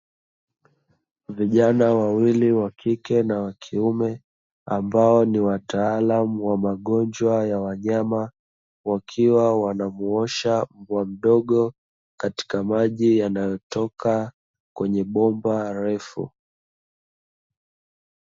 Vijana wawili wa kike na wakiume ambao ni wataalamu wa magonjwa ya wanyama, wakiwa wanamuosha mbwa mdogo katika maji yanayo toka kwenye bomba refu